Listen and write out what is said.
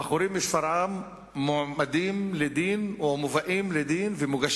בחורים משפרעם עומדים לדין ומוגשים